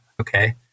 okay